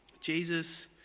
Jesus